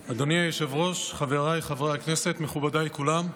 היושב-ראש, חבריי חברי הכנסת, מכובדיי כולם,